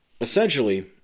Essentially